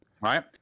Right